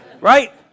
right